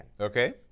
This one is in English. Okay